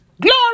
Glory